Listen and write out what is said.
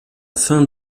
fin